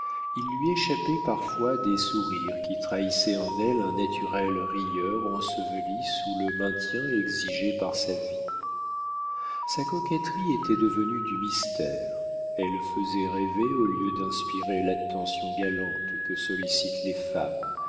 il lui échappait parfois des sourires qui trahissaient en elle un naturel rieur enseveli sous le maintien exigé par sa vie sa coquetterie était devenue du mystère elle faisait rêver au lieu d'inspirer l'attention galante que sollicitent les femmes